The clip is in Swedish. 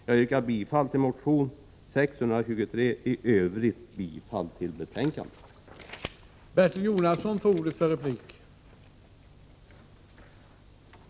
Jag yrkar bifall till motion 623 och i övrigt bifall till utskottets hemställan i betänkandet.